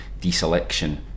deselection